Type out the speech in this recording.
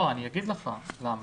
אני אגיד לך למה.